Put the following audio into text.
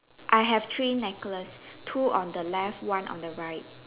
I have three necklace two on the left one on the right